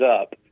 up